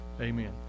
amen